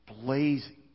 blazing